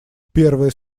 первая